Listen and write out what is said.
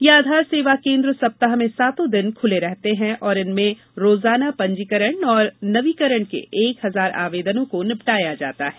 ये आधार सेवा केंद्र सप्ताह में सातों दिन खुले रहते हैं और इनमें रोजाना पंजीकरण और नवीकरण के एक हजार आवेदनों को निपटाया जाता हैं